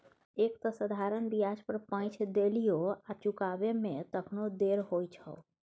एक तँ साधारण ब्याज पर पैंच देलियौ आ चुकाबै मे तखनो देर होइ छौ